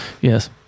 Yes